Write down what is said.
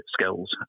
skills